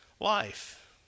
life